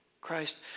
Christ